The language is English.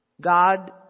God